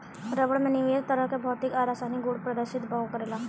रबड़ में विशेष तरह के भौतिक आ रासायनिक गुड़ प्रदर्शित करेला